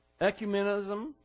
ecumenism